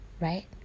right